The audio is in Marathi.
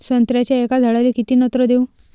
संत्र्याच्या एका झाडाले किती नत्र देऊ?